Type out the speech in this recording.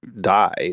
die